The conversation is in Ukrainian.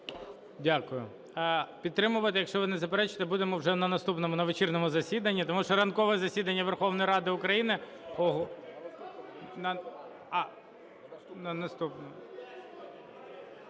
Дякую. Підтримувати, якщо ви не заперечуєте, будемо вже на наступному на вечірньому засіданні. Тому що ранкове засідання Верховної Ради України…